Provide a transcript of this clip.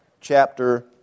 chapter